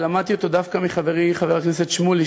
ולמדתי אותו דווקא מחברי חבר הכנסת שמולי,